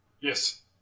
Yes